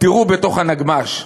תירו בתוך הנגמ"ש,